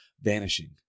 vanishing